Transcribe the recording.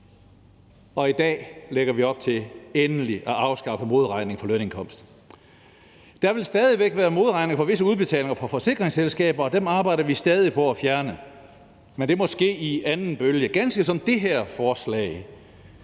og i dag lægger vi op til endelig at afskaffe modregning for lønindkomst. Der vil stadig væk være modregning for visse udbetalinger fra forsikringsselskaber, og dem arbejder vi stadig på at fjerne, men det må ske i anden bølge. Det her forslag,